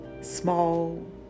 Small